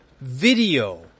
video